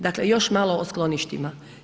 Dakle još malo o skloništima.